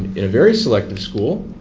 in a very selective school,